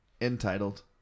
Entitled